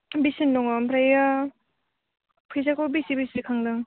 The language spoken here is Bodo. बेसे दङ ओमफ्रायो फैसाखौ बेसे बेसे खांदों